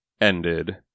ended